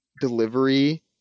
delivery